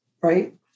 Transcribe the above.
Right